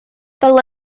fel